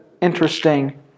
interesting